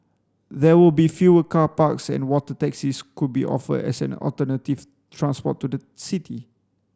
there will be fewer car parks and water taxis could be offered as an alternative transport to the city